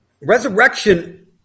Resurrection